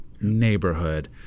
neighborhood